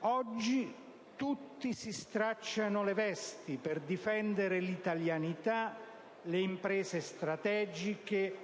Oggi, tutti si stracciano le vesti per difendere l'italianità, le imprese strategiche